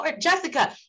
Jessica